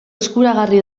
eskuragarri